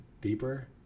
deeper